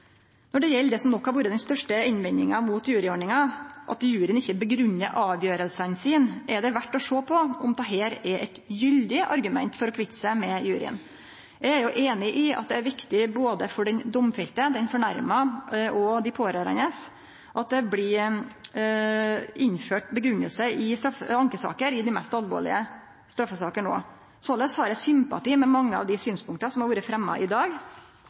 Når det gjeld det som nok har vore den største innvendinga mot juryordninga – at juryen ikkje grunngjev avgjerdene sine – er det verdt å sjå på om dette er eit gyldig argument for å kvitte seg med juryen. Eg er einig i at det er viktig for både den domfelte, den krenkte og dei pårørande at det blir innført grunngjeving i ankesaker òg i dei mest alvorlege straffesakene. Såleis har eg sympati med mange av dei synspunkta som har vore fremja i dag.